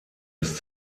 ist